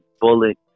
Bullet